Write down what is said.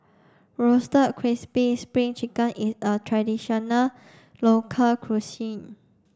roasted crispy spring chicken is a traditional local cuisine